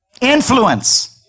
Influence